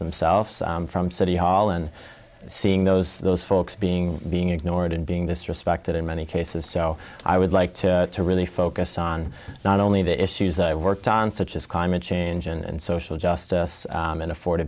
themselves from city hall and seeing those those folks being being ignored and being disrespected in many cases so i would like to to really focus on not only the issues that i worked on such as climate change and social justice and afford